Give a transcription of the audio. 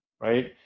right